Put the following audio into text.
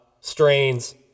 strains